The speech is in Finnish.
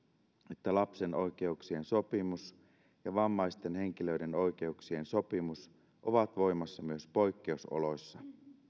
että lapsen oikeuksien sopimus ja vammaisten henkilöiden oikeuksien sopimus ovat voimassa myös poikkeusoloissa